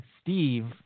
Steve